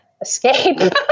escape